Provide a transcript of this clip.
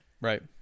Right